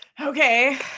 Okay